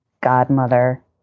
godmother